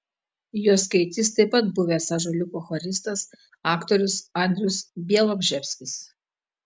juos skaitys taip pat buvęs ąžuoliuko choristas aktorius andrius bialobžeskis